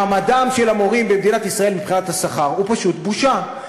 מעמדם של המורים במדינת ישראל מבחינת השכר הוא פשוט בושה.